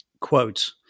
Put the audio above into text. Quote